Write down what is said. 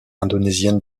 indonésienne